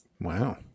Wow